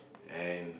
and